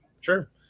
Sure